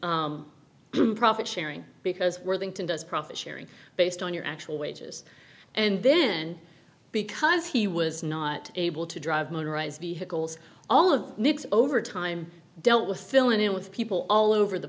his profit sharing because worthington does profit sharing based on your actual wages and then because he was not able to drive motorized vehicles all of the overtime dealt with filling in with people all over the